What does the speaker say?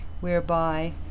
whereby